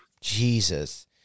Jesus